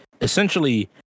essentially